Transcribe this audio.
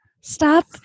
Stop